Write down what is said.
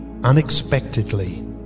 unexpectedly